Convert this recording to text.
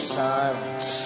silence